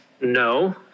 No